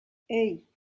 hey